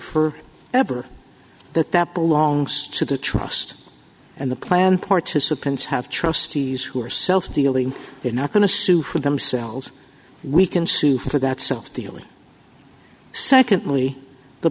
for ever that that belongs to the trust and the plan participants have trustees who are self dealing they're not going to sue for themselves we can sue for that self dealing secondly the